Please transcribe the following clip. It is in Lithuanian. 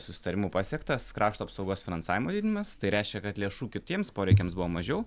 susitarimu pasiektas krašto apsaugos finansavimo didinimas tai reiškia kad lėšų kitiems poreikiams buvo mažiau